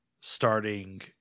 starting